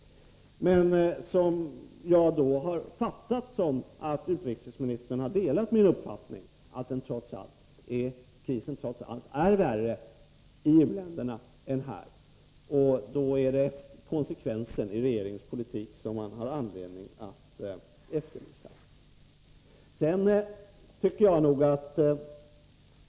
Men jag har fattat att utrikesministern delar min uppfattning att krisen trots allt är värre i u-länderna än här, och då är det konsekvensen i regeringens politik som man har anledning att efterlysa.